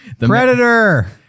predator